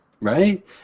Right